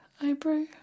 eyebrow